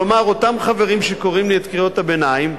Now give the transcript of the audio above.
כלומר אותם חברים שקוראים לי את קריאות הביניים?